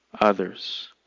others